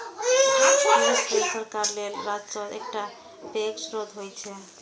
tariff tax सरकार लेल राजस्वक एकटा पैघ स्रोत होइ छै